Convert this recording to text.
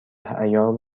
عیار